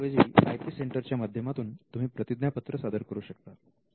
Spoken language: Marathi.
त्याऐवजी आय पी सेंटरच्या माध्यमातून तुम्ही प्रतिज्ञापत्र सादर करू शकता